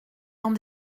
dans